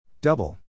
Double